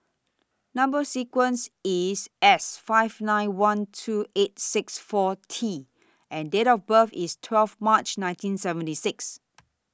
Number sequence IS S five nine one two eight six four T and Date of birth IS twelve March nineteen seventy six